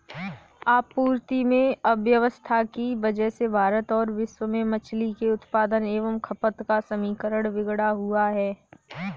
आपूर्ति में अव्यवस्था की वजह से भारत और विश्व में मछली के उत्पादन एवं खपत का समीकरण बिगड़ा हुआ है